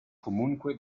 comunque